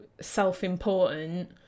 self-important